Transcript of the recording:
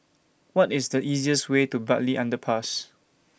What IS The easiest Way to Bartley Underpass